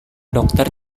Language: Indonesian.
dokter